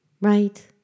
right